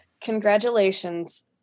congratulations